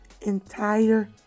entire